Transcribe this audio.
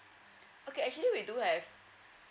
okay actually we do have